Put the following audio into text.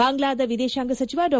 ಬಾಂಗ್ಡಾದ ವಿದೇಶಾಂಗ ಸಚಿವ ಡಾ